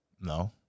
No